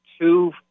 two